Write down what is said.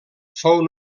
fou